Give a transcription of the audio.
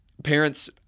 Parents